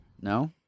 No